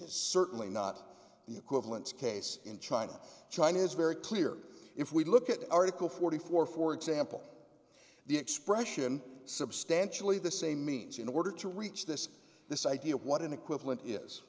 is certainly not the equivalence case in china china is very clear if we look at article forty four for example the expression substantially the same means in order to reach this this idea of what an equivalent is